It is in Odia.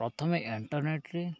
ପ୍ରଥମେ